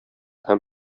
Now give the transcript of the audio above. һәм